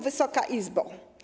Wysoka Izbo!